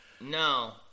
No